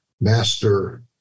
master